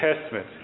Testament